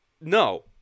no